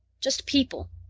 just people.